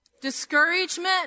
Discouragement